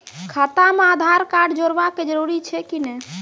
खाता म आधार कार्ड जोड़वा के जरूरी छै कि नैय?